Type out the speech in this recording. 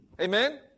Amen